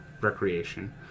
recreation